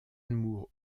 moore